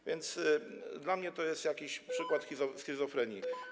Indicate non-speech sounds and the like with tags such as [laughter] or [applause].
A więc dla mnie to jest jakiś [noise] przykład schizofrenii.